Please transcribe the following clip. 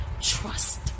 Trust